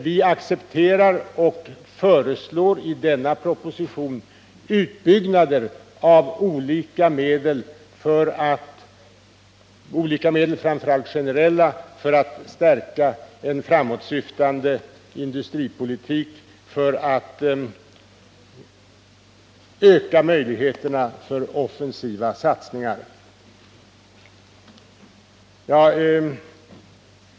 Vi föreslår ju i denna proposition utbyggnad av olika medel, framför allt generella, för att stärka en framåtsyftande industripolitik och för att öka möjligheterna till offensiva satsningar.